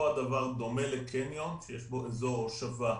נתב"ג דומה יותר לקניון שיש בו אזור הושבה,